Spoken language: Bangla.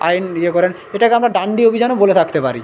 আইন ইয়ে করেন এটাকে আমরা ডাণ্ডি অভিযানও বলে থাকতে পারি